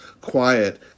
quiet